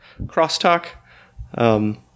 crosstalk